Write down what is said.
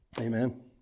Amen